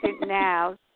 now